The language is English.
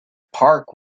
park